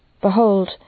Behold